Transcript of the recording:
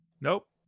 nope